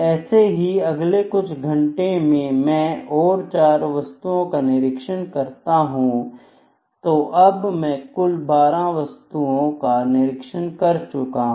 ऐसे ही अगले कुछ घंटों में मैं और 4 वस्तुओं का निरीक्षण करता हूं तो अब कुल 12 वस्तुएं मेरे निरीक्षण से गुजर चुकी है